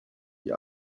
die